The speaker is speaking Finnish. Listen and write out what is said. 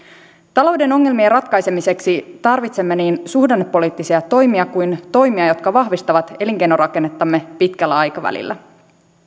talouden ongelmien ratkaisemiseksi tarvitsemme niin suhdannepoliittisia toimia kuin myös toimia jotka vahvistavat elinkeinorakennettamme pitkällä aikavälillä